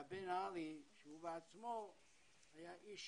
והבן ארי, שהוא בעצמו היה איש